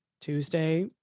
Tuesday